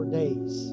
days